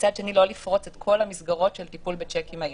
ומצד שני לא לפרוץ את כל המסגרות של טיפול בשיקים היום.